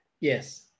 yes